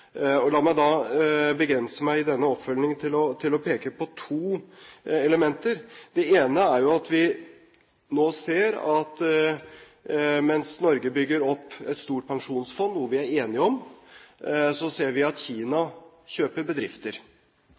overfor. La meg i denne oppfølgingen begrense meg til å peke på to elementer. Det ene er at mens Norge bygger opp et stort pensjonsfond, noe vi er enige om, ser vi at Kina kjøper bedrifter.